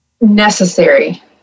necessary